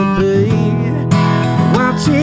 Watching